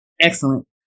Excellent